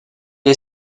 est